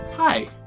Hi